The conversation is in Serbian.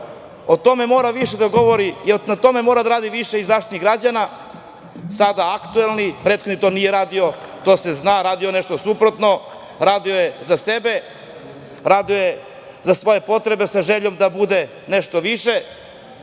o tome mora više da govori i na tome mora da radi više i Zaštitnik građana sada aktuelni. Prethodni to nije radio, to se zna, radio je nešto suprotno. Radio je za sebe, radio je za svoje potrebe sa željom da bude nešto više.